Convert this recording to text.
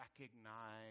recognize